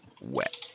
wet